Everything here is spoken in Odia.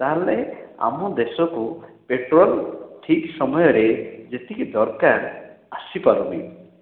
ତାହେଲେ ଆମ ଦେଶକୁ ପେଟ୍ରୋଲ୍ ଠିକ୍ ସମୟରେ ଯେତିକି ଦରକାର ଆସିପାରୁନି